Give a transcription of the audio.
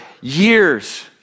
years